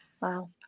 Wow